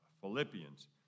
Philippians